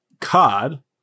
Cod